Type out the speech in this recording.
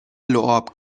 لعاب